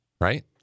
Right